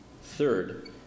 Third